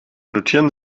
notieren